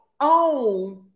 own